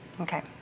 okay